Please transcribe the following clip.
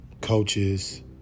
coaches